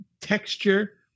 texture